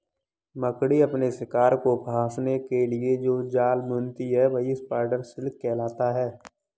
मकड़ी अपने शिकार को फंसाने के लिए जो जाल बुनती है वही स्पाइडर सिल्क कहलाता है